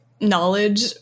knowledge